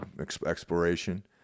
exploration